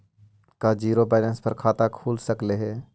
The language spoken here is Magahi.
का जिरो बैलेंस पर खाता खुल सकले हे?